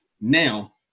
Now